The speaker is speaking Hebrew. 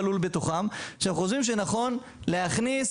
וגם זה כלול בתוכם ואנחנו חושבים שנכון להכניס